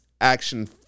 action